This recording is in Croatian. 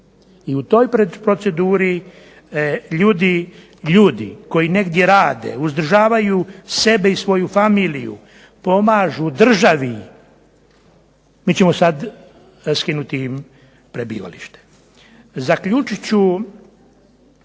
i u toj proceduri ljudi koji negdje rade uzdržavaju sebe i svoju familiju, pomažu državi. Mi ćemo sad raskinuti im prebivalište. Zaključit ću